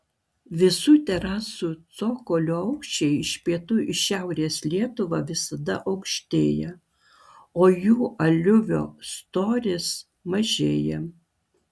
visų terasų cokolių aukščiai iš pietų į šiaurės lietuvą visada aukštėja o jų aliuvio storis mažėja